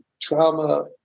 trauma